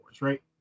right